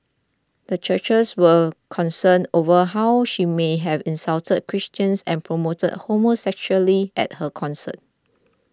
the churches were concerned over how she may have insulted Christians and promoted homosexuality at her concert